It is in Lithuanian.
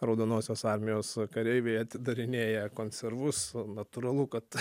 raudonosios armijos kareiviai atidarinėja konservus natūralu kad